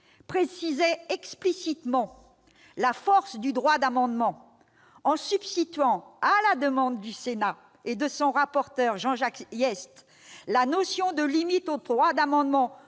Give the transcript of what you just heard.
précisé explicitement la force du droit d'amendement en substituant, à la demande du Sénat et de son rapporteur, Jean-Jacques Hyest, à la notion de limite au droit d'amendement